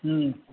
હમમ